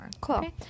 Cool